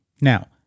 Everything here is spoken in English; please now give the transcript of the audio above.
Now